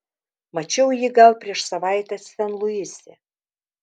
mačiau jį gal prieš savaitę sen luise